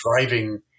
driving